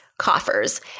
coffers